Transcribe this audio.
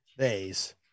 days